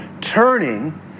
turning